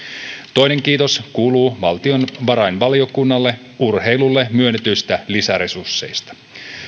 toinen kiitos kuuluu valtiovarainvaliokunnalle urheilulle myönnetyistä lisäresursseista